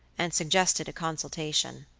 and suggested a consultation.